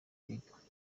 biga